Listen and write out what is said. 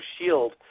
shield